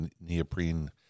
neoprene